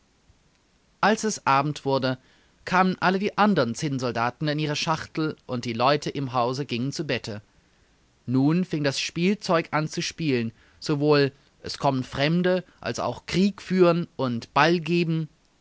als es abend wurde kamen alle die andern zinnsoldaten in ihre schachtel und die leute im hause gingen zu bette nun fing das spielzeug an zu spielen sowohl es kommen fremde als auch krieg führen und ball geben